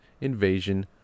invasion